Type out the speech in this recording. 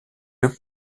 deux